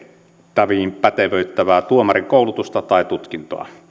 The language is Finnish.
tehtäviin pätevöittävää tuomarikoulutusta tai tutkintoa